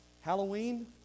Halloween